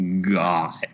god